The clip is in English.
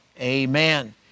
Amen